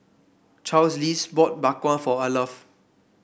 Charlize bought Bak Kwa for Arleth